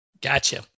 Gotcha